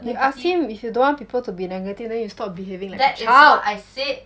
you ask him if you don't want people to be negative then you stop behaving like a child